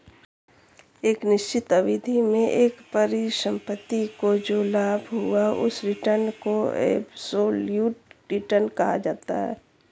एक निश्चित अवधि में एक परिसंपत्ति को जो लाभ हुआ उस रिटर्न को एबसोल्यूट रिटर्न कहा जाता है